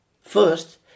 first